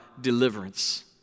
deliverance